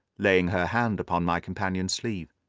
laying her hand upon my companion's sleeve.